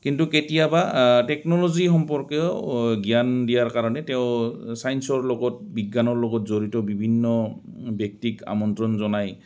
কিন্তু কেতিয়াবা টেকন'ল'জি সম্পৰ্কেও জ্ঞান দিয়াৰ কাৰণে তেওঁ ছায়েন্সৰ লগত বিজ্ঞানৰ লগত জড়িত বিভিন্ন ব্যক্তিক আমন্ত্ৰণ জনাই